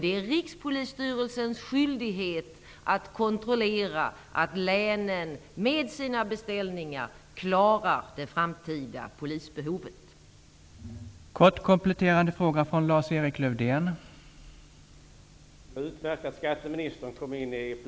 Det är Rikspolisstyrelsens skyldighet att kontrollera att länen klarar av det framtida polisbehovet med sina beställningar.